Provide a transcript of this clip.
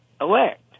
elect